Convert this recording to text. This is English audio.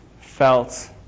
felt